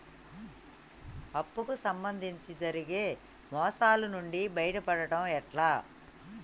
అప్పు కు సంబంధించి జరిగే మోసాలు నుండి బయటపడడం ఎట్లా?